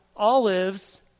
olives